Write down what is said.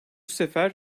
sefer